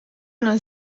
non